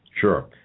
Sure